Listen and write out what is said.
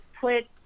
put